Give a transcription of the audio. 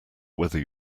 whether